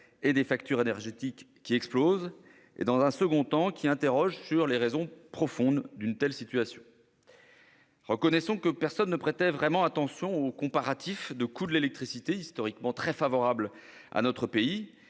et des factures énergétiques qui explosent. Et cela interroge sur les raisons profondes d'une telle situation. Reconnaissons que personne ne prêtait vraiment attention aux comparatifs de coût de l'électricité, historiquement très favorables à notre pays,